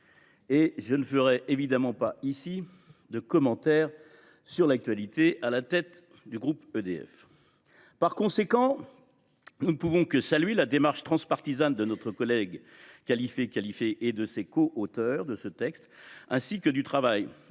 et je ne ferai évidemment aucun commentaire sur l’actualité concernant la tête du groupe EDF… Par conséquent, nous ne pouvons que saluer la démarche transpartisane de notre collègue Khalifé Khalifé et des coauteurs de ce texte, ainsi que le travail